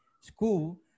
School